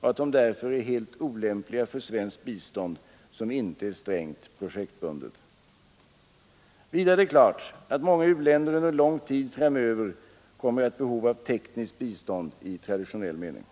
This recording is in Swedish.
och att de därför är helt olämpliga för svenskt bistånd som inte är strängt projektbundet. Vidare är det klart att många u-länder under en lång tid framöver kommer att ha behov av tekniskt bistånd i traditionell mening.